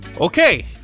okay